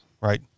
right